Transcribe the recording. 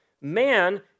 man